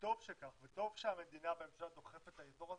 וטוב שכך, וטוב שהמדינה והממשלה דוחפת לאזור הזה,